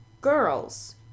girls